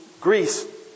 Greece